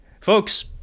folks